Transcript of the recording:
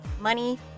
money